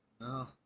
No